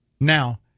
Now